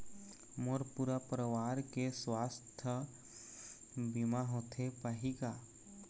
मोर पूरा परवार के सुवास्थ बीमा होथे पाही का?